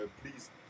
please